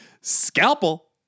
scalpel